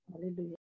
Hallelujah